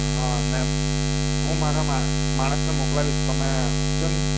હાં ને હું મારા મા માણસને મોકલાવીશ તમે આપજોને